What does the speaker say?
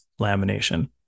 lamination